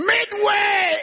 Midway